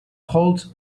holds